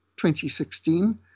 2016